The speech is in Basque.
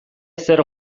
ezer